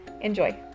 Enjoy